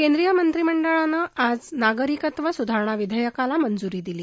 केंद्रीय मंत्रिमंडळानं आज नागरीकत्व सुधारणा विधेयकाला मंजूरी दिली